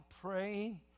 praying